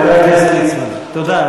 חבר הכנסת ליצמן, תודה.